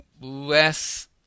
less